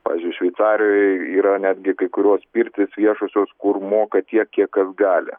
pavyzdžiui šveicarijoj yra netgi kai kurios pirtys viešosios kur moka tiek kiek kas gali